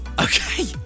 Okay